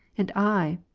and i,